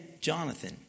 Jonathan